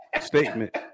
statement